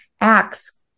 acts